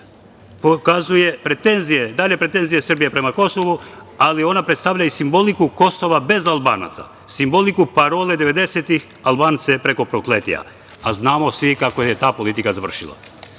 koja pokazuje dalje pretenzije Srbije prema Kosovu, ali ona predstavlja i simboliku Kosova bez Albanaca, simboliku parole devedesetih, Albance preko Prokletija, a znamo svi kako je ta politika završila. Sa